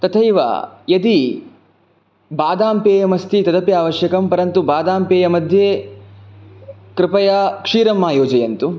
तथैव यदि बादाम्पेयम् अस्ति तदपि आवश्यकं परन्तु बादाम्पेयमध्ये कृपया क्षीरम् आयोजयन्तु